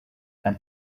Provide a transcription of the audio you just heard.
and